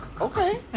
Okay